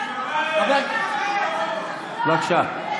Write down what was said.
בבקשה.